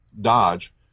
Dodge